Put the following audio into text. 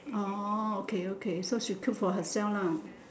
orh okay okay so she cook for herself lah